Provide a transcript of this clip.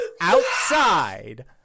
outside